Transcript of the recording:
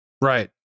Right